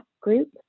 group